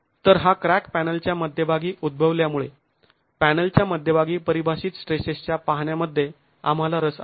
तर हा क्रॅक पॅनलच्या मध्यभागी उद्भवल्यामुळे पॅनलच्या मध्यभागी परिभाषित स्ट्रेसेसच्या पाहण्यामध्ये आम्हाला रस आहे